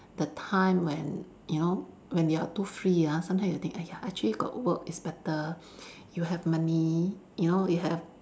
the time when you know when you are too free ah sometimes you think !aiya! actually got work is better you have money you know you have